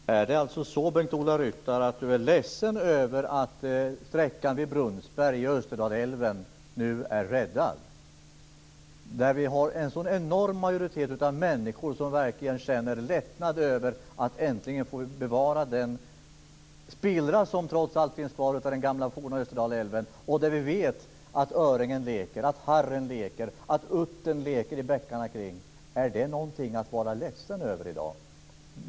Fru talman! Är det alltså så att Bengt-Ola Ryttar är ledsen över att sträckan vid Brunnsberg i Österdalälven nu är räddad? En enorm majoritet av människorna där känner lättnad över att äntligen få bevara den spillra som trots allt finns kvar av den forna Österdalälven, där vi vet att öringen, harren och uttern leker i bäckarna. Är det någonting att vara ledsen över i dag?